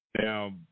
Now